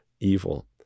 evil